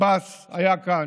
עבאס היה כאן,